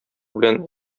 белән